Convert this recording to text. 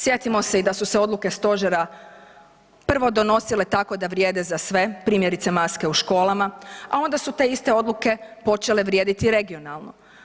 Sjetimo se i da su se odluke stožera prvo donosile tako da vrijede za sve primjerice maske u školama, a onda su te iste odluke počele vrijediti regionalno.